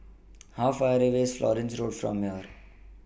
How Far away IS Florence Road from here